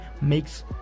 makes